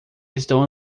estão